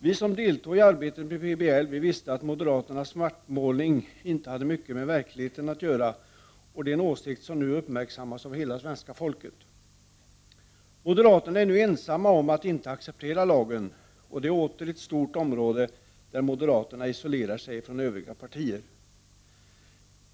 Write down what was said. Vi som deltog i arbetet med PBL visste att moderaternas svartmålning inte hade mycket med verkligheten att göra, en åsikt som nu också har uppmärksammats av hela svenska folket. Moderaterna är nu ensamma om att inte acceptera lagen. Det är åter ett stort område där moderaterna isolerar sig från övriga partier.